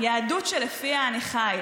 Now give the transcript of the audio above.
יהדות שלפיה אני חי".